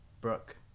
Brooke